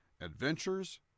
Adventures